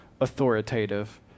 authoritative